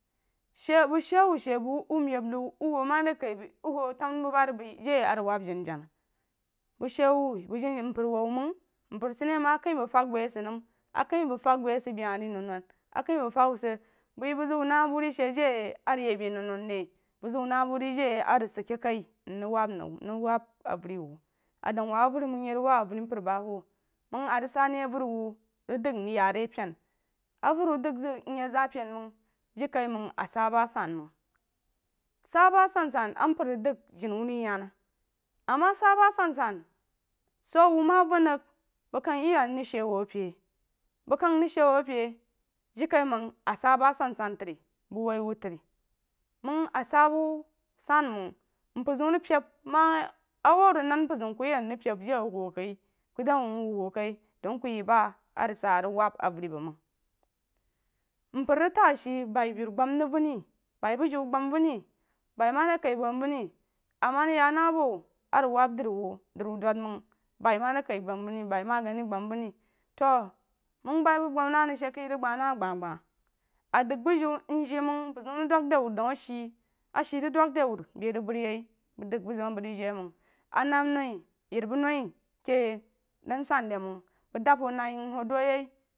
Shee bangsheewu shee bəi wuh meb nau wuh wuo madi kai bəi wuh wuo tanububari bəi jei arib wab janajana bəng shee wuh bəng jana mpər woī wuh məng mpər san nah məng a kah məng fəng bəi a sid a be hah ri nonnon a kah məng fəng sid bəi bəng zəng wu na meri shi jai a rig yek be nonnon re bəng zew nah bu ri jai a rig sid keh kai mrig wab nan mrig wab avəri wu a dan wab avəri wa məng mye rig wab avəri dahab a rig sah ne avəri wu rig dəng mrig ya ri pena avəri wu dəng zəng myek za a pena məng jirikaiməng a sah ba asan məng sah ba asansan a mpər rig dəng jeni wu rig yan ama sah ba a sansan so wuh ma vanrig bəng yeya mrig shee wu a pai bəng kəng rig shee wu a pai jirikaiməng a sah ba asabsan tri bəng woi wu tri məng a sah bu san məng zeun rig peim a wuh rig nən mpər zeun ku yek pem jeí wuh wu kai bəng dəng wu wei wuh wu kai dəng ku yi ba a rig sah rig wab avəri bəng məng mpər rig təng ashi bai beru gbam vən ni bai buvu gbam vəmi bai ma de kai gbam vəm ni ama rig yai na bo arig wab dri wu dri wu don məng bai ma de kai gbam vən ni bai magani gbam vən ni to məng bai bu gbam na rig shí kəi rig gba na a gbag ba a dəng muju məng jei məng mpər zeun rig dəng de wuru dəng a shíí, a shii rig dang de wuru bei rig banyeh bəng dəng bu zeun a bəng rig jai məng a nam noi yeri bu noi koh dan san de məng bəng dam wu nai mju du ye.